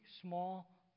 small